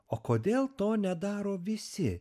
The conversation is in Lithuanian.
o kodėl to nedaro visi